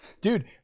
dude